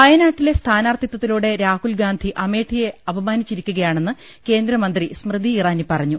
വയനാട്ടിലെ സ്ഥാനാർത്ഥിത്വത്തിലൂടെ രാഹുൽ ഗാന്ധി അമേ ഠിയെ അപമാനിച്ചിരിക്കുകയാണെന്ന് കേന്ദ്രമന്ത്രി സ്മൃതി ഇറാനി പറഞ്ഞു